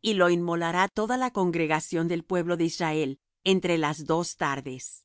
y lo inmolará toda la congregación del pueblo de israel entre las dos tardes